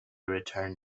return